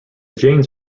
jains